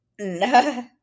no